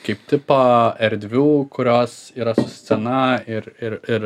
kaip tipą erdvių kurios yra scena ir ir ir